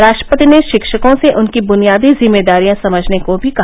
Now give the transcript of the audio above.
राष्ट्रपति ने शिक्षकों से उनकी बुनियादी जिम्मेदारियां समझने को भी कहा